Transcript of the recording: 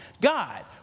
God